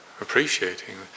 appreciating